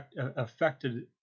affected